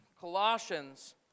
Colossians